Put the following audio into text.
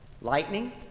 Lightning